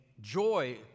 joy